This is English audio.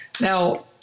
Now